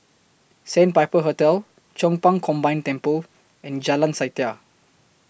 Sandpiper Hotel Chong Pang Combined Temple and Jalan Setia